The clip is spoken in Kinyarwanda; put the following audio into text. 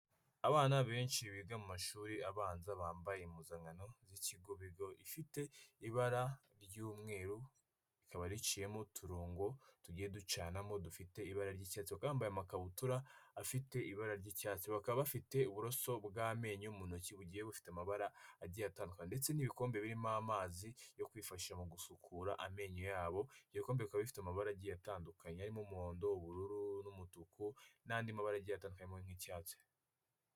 Abana benshi biga mu mashuri abanza bambaye impuzangano y'ikigo bigaho, ifite ibara ry'umweru rikaba riciyemo uturongo tugiye ducanamo, dufite ibara ry'icyatsi. Bakaba bambaye amakabutura, afite ibara ry'icyatsi. Bakaba bafite uburoso bw'amenyo mu ntoki bugiye bufite amabara agiye atandukanye, ndetse n'ibikombe birimo amazi yo kwifashisha mu gusukura amenyo yabo, ibyo bikombe bikaba bifite amabara agiye atandukanye arimo umuhondo, ubururu n'umutuku, n'andi mabara giye atandukanye harimo n'icyatsi.